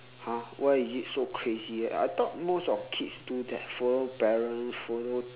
!huh! why is it so crazy I thought most of kids do that follow parents follow